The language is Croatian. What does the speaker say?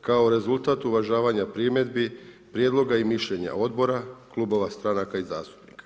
kao rezultat uvažavanja primjedbi, prijedloga i mišljenja odbora, klubova stranka i zastupnika.